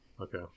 Okay